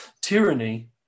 tyranny